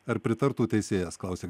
ar pritartų teisėjas klausia